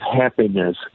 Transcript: happiness